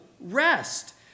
rest